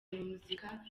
muzika